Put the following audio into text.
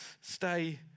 stay